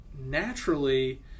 naturally